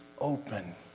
open